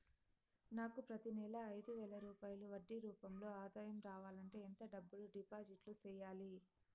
నాకు ప్రతి నెల ఐదు వేల రూపాయలు వడ్డీ రూపం లో ఆదాయం రావాలంటే ఎంత డబ్బులు డిపాజిట్లు సెయ్యాలి?